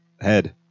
head